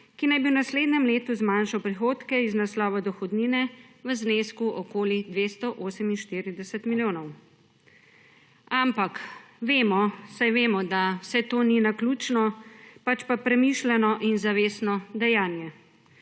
ki naj bi v naslednjem letu zmanjšal prihodke iz naslova dohodnine v znesku okoli 248 milijonov. Ampak saj vemo, da vse to ni naključno, pač pa premišljeno in zavestno dejanje.